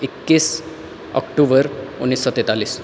इक्कीस अक्टुबर उन्नीस सौशए तैतालिस